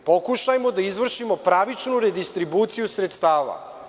Pokušajmo da izvršimo pravičnu redistribuciju sredstava.